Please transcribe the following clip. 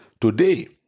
today